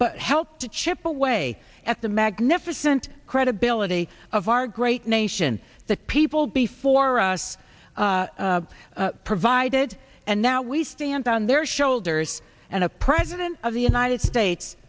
but helped to chip away at the magnificent credibility of our great nation that people before us provided and now we stand on their shoulders and a president of the united states